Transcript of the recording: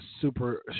super